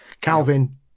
Calvin